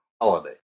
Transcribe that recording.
holiday